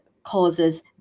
causes